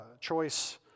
choice